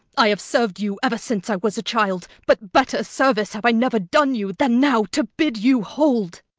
i have serv'd you ever since i was a child but better service have i never done you than now to bid you hold.